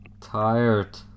tired